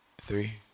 Three